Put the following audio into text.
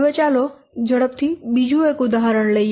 હવે ચાલો ઝડપથી બીજું એક ઉદાહરણ લઈએ